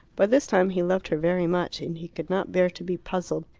by this time he loved her very much, and he could not bear to be puzzled.